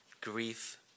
grief